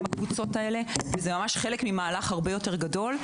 הקבוצות האלה וזה ממש חלק ממהלך הרבה יותר גדול.